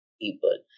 people